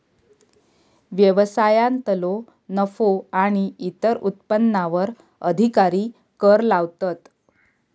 व्यवसायांतलो नफो आणि इतर उत्पन्नावर अधिकारी कर लावतात